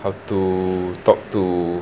how to talk to